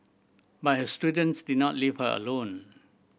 but her students did not leave her alone